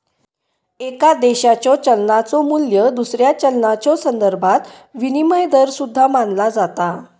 एका देशाच्यो चलनाचो मू्ल्य दुसऱ्या चलनाच्यो संदर्भात विनिमय दर सुद्धा मानला जाता